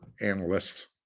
analysts